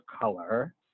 color